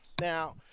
now